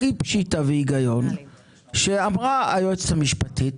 הכי פשיטה והיגיון, אמרה היועצת המשפטית,